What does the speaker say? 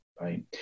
right